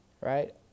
Right